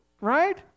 right